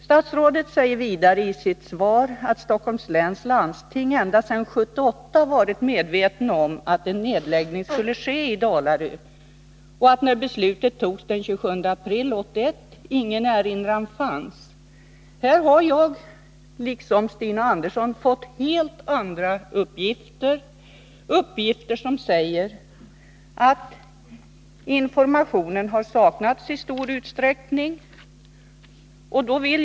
Statsrådet säger vidare i sitt svar att Stockholms läns landsting ända sedan 1978 varit medvetet om att en nedläggning av apoteket i Dalarö skulle ske och att ingen erinran fanns när beslutet fattades den 27 april 1981. På den punkten har jag liksom Stina Andersson fått helt andra uppgifter — uppgifter som säger att information i stor utsträckning saknats.